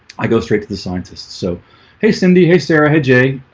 i go straight to the scientists. so hey cindy hey sarah. hey jay.